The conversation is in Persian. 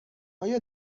آیا